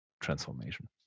transformation